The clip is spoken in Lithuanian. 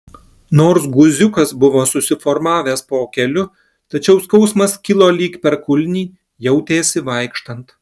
nors guziukas buvo susiformavęs po keliu tačiau skausmas kilo lyg per kulnį jautėsi vaikštant